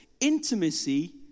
intimacy